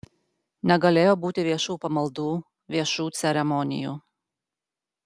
negalėjo būti viešų pamaldų viešų ceremonijų